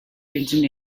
engine